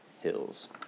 hills